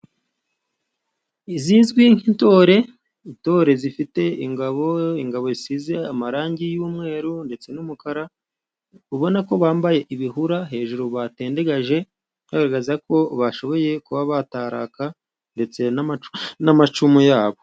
Izizwi nk'intore, intore zifite ingabo, ingabo zisize amarangi y'umweru ndetse n'umukara, ubona ko bambaye ibihura, hejuru batendegaje, bagaragaza ko bashoboye kuba bataraka ndetse n'amacumu yabo.